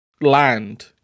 land